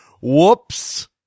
Whoops